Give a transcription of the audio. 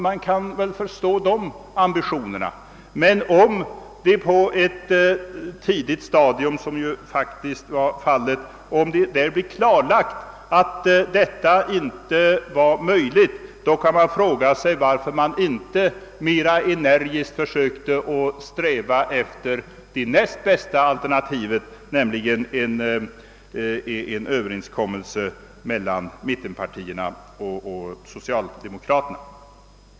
Man kan väl förstå de ambitionerna, men eftersom det på ett tidigt stadium klarlades att en sådan överenskommelse inte var möjlig, så frågar man sig varför de inte mera energiskt försökte uppnå det näst bästa, nämligen en överenskommelse mellan mittenpartierna och socialdemokraterna.